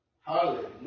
Hallelujah